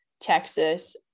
Texas